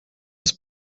das